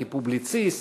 כפובליציסט,